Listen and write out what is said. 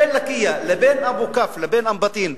בין לקיה לבין אבו-כף לבין אום-בטין,